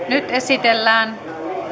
nyt esitellään